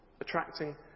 attracting